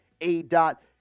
A-dot